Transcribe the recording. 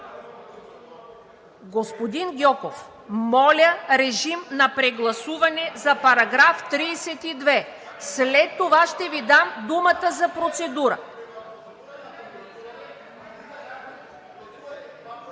Господин Гьоков, моля! Режим на прегласуване за § 32. След това ще Ви дам думата за процедура.